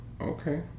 Okay